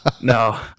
No